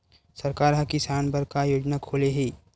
सरकार ह किसान बर का योजना खोले हे?